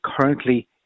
currently